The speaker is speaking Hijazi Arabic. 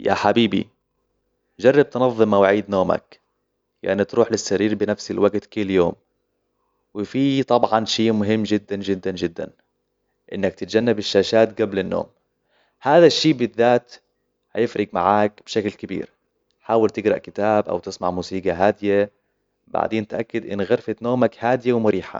يحبيبي جرب تنظم موعيد نومك يعني تروح للسرير بنفس الوقت كل يوم. وفيه طبعاً شيء مهم جداً جداً جداً أنك تتجنب الشاشات قبل النوم. هذا الشيء بالذات هيفرق معاك بشكل كبير. حاول تقرأ كتاب أو تسمع موسيقى هادية. بعدين تأكد أن غرفة نومك هادية ومريحة.